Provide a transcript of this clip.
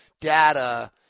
data